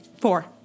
four